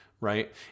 right